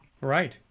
right